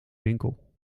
winkel